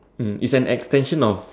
um it's an extension of